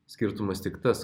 skirtumas tik tas